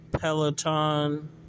Peloton